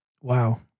Wow